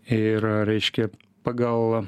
ir reiškia pagal